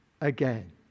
again